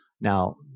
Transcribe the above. Now